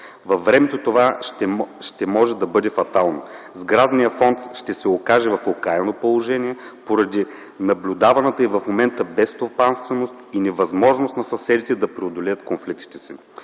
Във времето това ще може да бъде фатално. Сградният фонд ще се окаже в окаяно положение поради наблюдаваната и в момента безстопанственост и невъзможност на съседите да преодолеят конфликтите си.